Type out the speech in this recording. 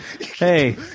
hey